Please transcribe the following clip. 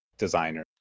Designer